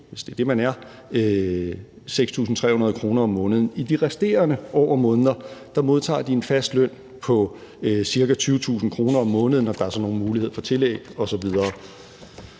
hvis det er det, man er – 6.300 kr. om måneden. I de resterende år og måneder modtager de en fast løn på ca. 20.000 kr. om måneden, og der er så nogle muligheder for tillæg osv.